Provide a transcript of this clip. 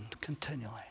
continually